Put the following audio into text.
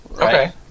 Okay